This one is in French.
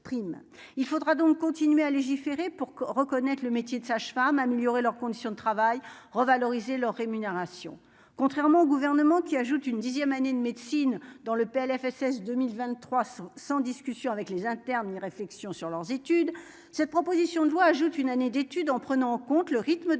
il faudra donc continuer à légiférer pour reconnaître le métier de sage-femme améliorer leurs conditions de travail revaloriser leur rémunération, contrairement au gouvernement qui ajoute une dixième année de médecine dans le PLFSS 2023 sans sans discussion avec les internes, ils réflexions sur leurs études, cette proposition de loi ajoute une année d'études en prenant en compte le rythme de la